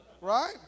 Right